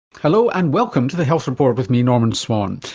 hello, and welcome to the health report with me, norman swan.